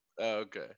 Okay